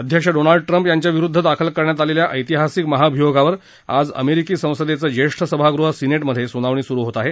अध्यक्ष Donald Trump यांच्याविरुद्ध दाखल करण्यात आलेल्या ऐतिहासिक महाभियोगावर आज अमेरिकी ससंदेचं ज्येष्ठ सभागृह सिनेटमधे सुनावणी सुरु होत आहे